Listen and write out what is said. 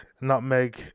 Nutmeg